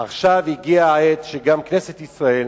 עכשיו הגיע העת שגם כנסת ישראל